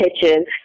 pitches